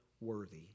worthy